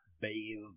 Bathe